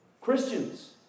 Christians